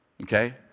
Okay